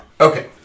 Okay